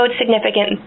significant